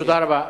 תודה רבה.